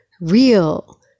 real